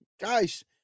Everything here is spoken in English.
Guys